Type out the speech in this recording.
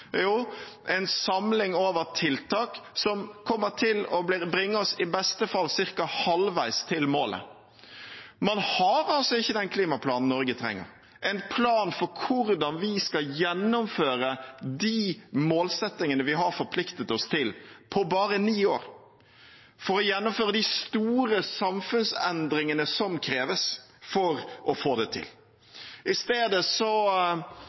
Jo, en samling over tiltak som kommer til å ville bringe oss, i beste fall, ca. halvveis til målet. Man har altså ikke den klimaplanen Norge trenger, en plan for hvordan vi skal gjennomføre de målsettingene vi har forpliktet oss til, på bare ni år, og for å gjennomføre de store samfunnsendringene som kreves for å få det til. I stedet